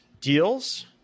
deals